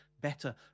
better